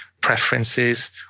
preferences